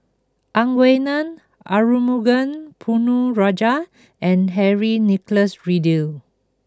Ang Wei Neng Arumugam Ponnu Rajah and Henry Nicholas Ridley